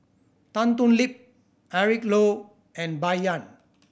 Tan Thoon Lip Eric Low and Bai Yan